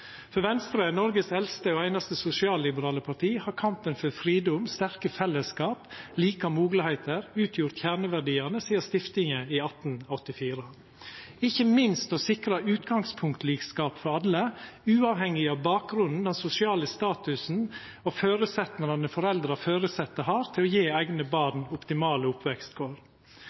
For Venstre, Noregs eldste og einaste sosialliberale parti, har kampen for fridom, sterke fellesskap og like moglegheiter utgjort kjerneverdiane sidan stiftinga i 1884, ikkje minst det å sikra utgangspunktlikskap for alle, uavhengig av bakgrunnen, den sosiale statusen og føresetnadene foreldra og føresette har til å gje eigne barn optimale